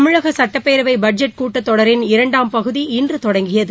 தமிழக சுட்டப்பேரவை பட்ஜெட் கூட்டத்தொடரின் இரண்டாம் பகுதி இன்று தொடங்கியது